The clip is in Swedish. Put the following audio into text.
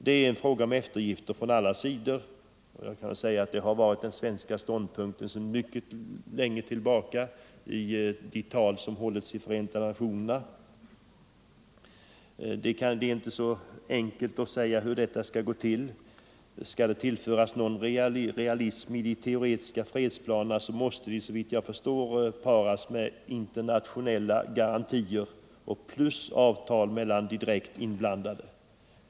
Det är här fråga om eftergifter från alla sidor, och det har sedan mycket lång tid tillbaka varit den svenska ståndpunkten i de tal som hållits i Förenta nationerna. Det är inte så enkelt att säga hur en lösning skall åstadkommas. Skall de teoretiska fredsplanerna tillföras någon realism måste de, såvitt jag förstår, paras med internationella garantier plus avtal mellan de direkt inblandade.